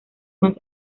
más